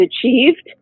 achieved